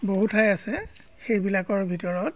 বহুঠাই আছে সেইবিলাকৰ ভিতৰত